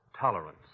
tolerance